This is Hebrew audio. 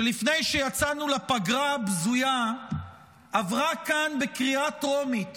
שלפני שיצאנו לפגרה הבזויה עברה כאן בקריאה טרומית